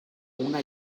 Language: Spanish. una